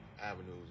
avenues